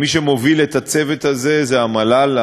מי שמוביל את הצוות הזה זה המל"ל,